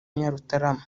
nyarutarama